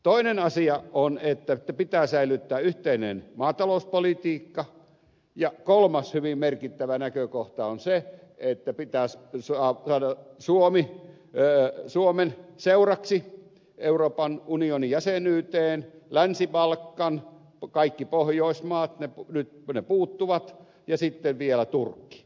toinen asia on että pitää säilyttää yhteinen maatalouspolitiikka ja kolmas hyvin merkittävä näkökohta on se että pitäisi saada suomen seuraksi euroopan unionin jäsenyyteen länsi balkan kaikki pohjoismaat nyt ne puuttuvat ja sitten vielä turkki